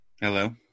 Hello